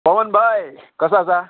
पवन भाई कसो आसा